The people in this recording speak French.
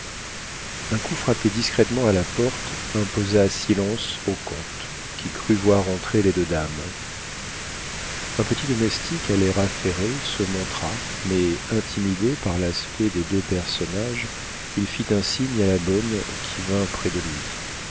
un coup frappé discrètement à la porte imposa silence au comte qui crut voir entrer les deux dames un petit domestique à l'air affairé se montra mais intimidé par l'aspect des deux personnages il fit un signe à la bonne qui vint près de lui